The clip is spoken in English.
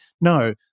No